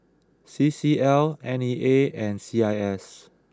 C C L N E A and C I S